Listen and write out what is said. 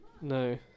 No